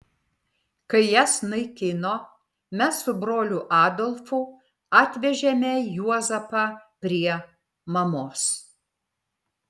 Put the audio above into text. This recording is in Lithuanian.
kai jas naikino mes su broliu adolfu atvežėme juozapą prie mamos